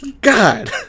God